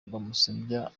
kumusebya